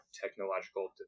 technological